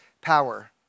power